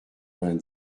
vingt